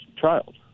child